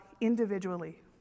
individually